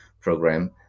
Program